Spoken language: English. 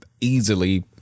easily